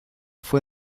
fue